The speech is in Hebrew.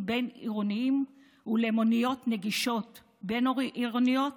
בין-עירוניים ולמוניות נגישות בין- עירוניות,